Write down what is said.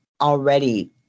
already